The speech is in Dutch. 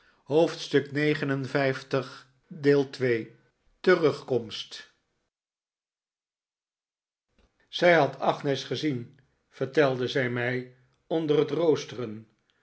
zij had agnes gezien vertelde zij mij onder het roosteren